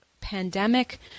pandemic